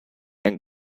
and